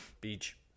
beach